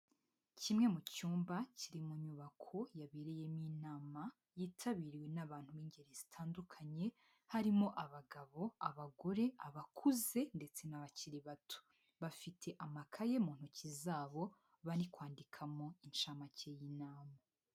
Kimwe mu cyumba kiri mu nyubako yabereyemo inama, yitabiriwe n'abantu b'ingeri zitandukanye harimo abagabo, abagore, abakuze ndetse n'abakiri bato, bafite amakaye muntoki zabo bari kwandikamo incamake y'inama.